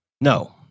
No